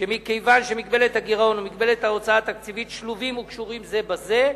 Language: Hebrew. שמכיוון שמגבלת הגירעון ומגבלת ההוצאה התקציבית שלובות וקשורות זו בזו,